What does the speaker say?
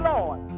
Lord